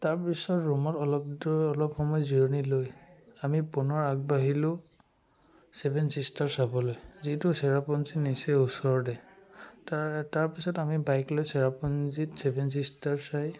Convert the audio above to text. তাৰপিছত ৰুমত অলপ দূৰ অলপ সময় জিৰণি লৈ আমি পুনৰ আগবাঢ়িলো ছেভেন ছিষ্টাৰ চাবলৈ যিটো চেৰাপুঞ্জীৰ নিচেই ওচৰতে তাৰ তাৰপিছত আমি বাইক লৈ চেৰাপুঞ্জীত ছেভেন ছিষ্টাৰ চাই